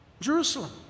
Jerusalem